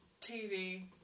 TV